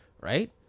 right